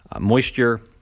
moisture